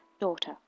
Daughter